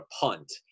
punt